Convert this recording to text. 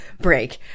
break